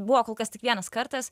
buvo kol kas tik vienas kartas